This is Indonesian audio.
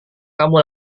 kamu